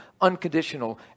unconditional